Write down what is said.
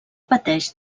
pateix